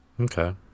Okay